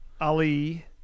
Ali